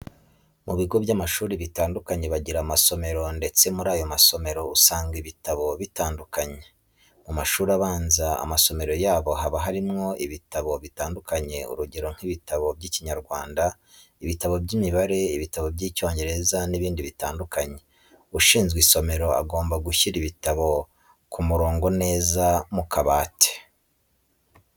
Mu bigo by'amashuri bitandukanye bagira amasomero ndetse muri ayo masomero usangamo ibitabo bitandukanye. Mu mashuri abanza amasomero yabo haba harimo ibitabo bitandukanye urugero nk'ibitabo by'Ikinyarwanda, ibitabo by'imibare, ibitabo by'Icyongereza n'ibindi bitandukanye. Ushinzwe isomero agomba gushyira ibitabo ku murongo neza mu kabati.